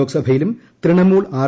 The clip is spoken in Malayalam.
ലോക്സഭയിലും തൃണമൂൽ ആർ